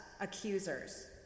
accusers